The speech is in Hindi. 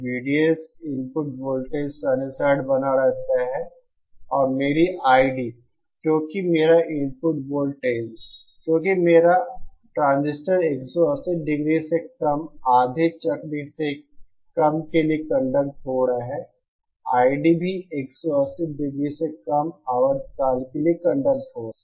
VDS इनपुट वोल्टेज साइनसॉइडबना रहता है और मेरी ID क्योंकि मेरा इनपुट वोल्टेजक्योंकि मेरा ट्रांजिस्टर 180 डिग्री से कम आधे चक्र से कम के लिए कंडक्ट हो रहा है ID भी 180 डिग्री से कम आवर्तकाल के लिए कंडक्ट हो रहा है